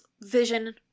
vision